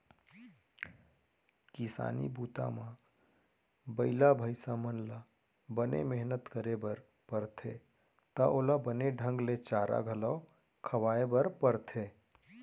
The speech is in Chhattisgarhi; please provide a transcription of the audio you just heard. किसानी बूता म बइला भईंसा मन ल बने मेहनत करे बर परथे त ओला बने ढंग ले चारा घलौ खवाए बर परथे